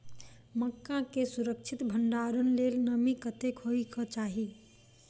मक्का केँ सुरक्षित भण्डारण लेल नमी कतेक होइ कऽ चाहि?